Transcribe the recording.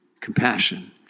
compassion